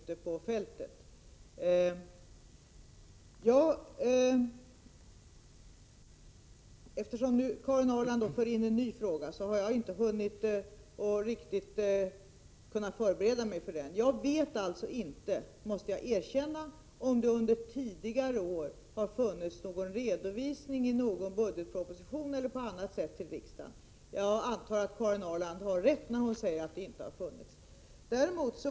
Karin Ahrland för nu in en ny fråga, och jag har inte riktigt hunnit förbereda mig för att svara därvidlag. Jag vet alltså inte, måste jag erkänna, om det under tidigare år har lämnats en redovisning i någon budgetproposition eller på annat sätt till riksdagen. Jag antar att Karin Ahrland har rätt i att det inte har funnits någon sådan information.